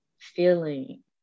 feeling